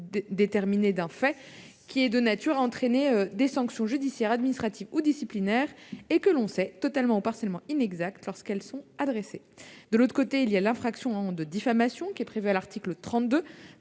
déterminée, d'un fait qui est de nature à entraîner des sanctions judiciaires, administratives ou disciplinaires et que l'on sait totalement ou partiellement inexact ». Il s'agit, d'autre part, de l'infraction de diffamation prévue à l'article 29